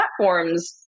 platforms